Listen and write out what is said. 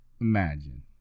imagine